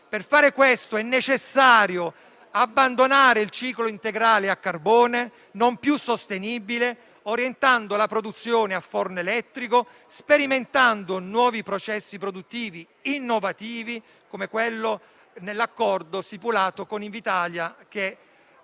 Per fare questo è necessario abbandonare il ciclo integrale a carbone, non più sostenibile, orientando la produzione a forno elettrico, sperimentando nuovi processi produttivi innovativi, come quello presente nell'accordo stipulato con Invitalia, che è